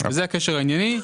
זה הקשר הענייני,